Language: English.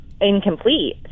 incomplete